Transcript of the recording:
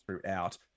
throughout